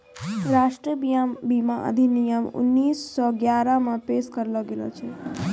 राष्ट्रीय बीमा अधिनियम उन्नीस सौ ग्यारहे मे पेश करलो गेलो छलै